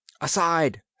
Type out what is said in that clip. Aside